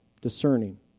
discerning